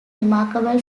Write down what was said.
remarkable